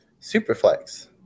superflex